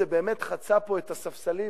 זה באמת חצה פה את הספסלים,